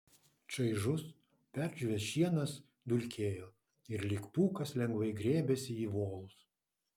čaižus perdžiūvęs šienas dulkėjo ir lyg pūkas lengvai grėbėsi į volus